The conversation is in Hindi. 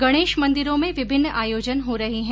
गणेश मंदिरों में विभिन्न आयोजन हो रहे है